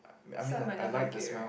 I mean like I like the smell